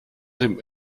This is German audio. dem